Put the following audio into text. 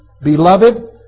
Beloved